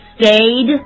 stayed